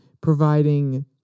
providing